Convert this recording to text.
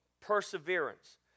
perseverance